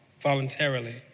voluntarily